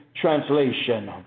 Translation